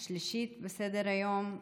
השלישית בסדר-היום,